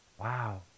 wow